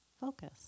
focus